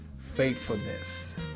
faithfulness